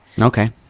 Okay